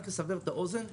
רק לסבר את האוזן,